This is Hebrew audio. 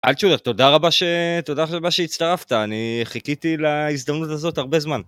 תודה רבה שתודה רבה שהצטרפת אני חיכיתי להזדמנות הזאת הרבה זמן.